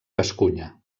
gascunya